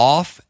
Off